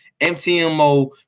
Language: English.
MTMO